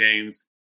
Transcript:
games